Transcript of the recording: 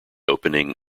opening